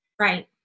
Right